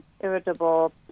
irritable